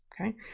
Okay